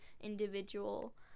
individual